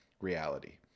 reality